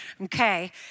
Okay